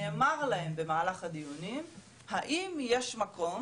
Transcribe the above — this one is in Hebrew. נאמר להם במהלך הדיונים האם יש מקום,